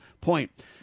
point